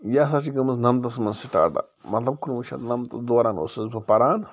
یہِ ہسا چھِ گٔمٕژ نَمتس منٛز سِٹارٹ مطلب کُنوُہ شٮ۪تھ نَمتس دوران اوسُس بہٕ پَران